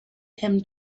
him